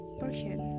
portion